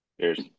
Cheers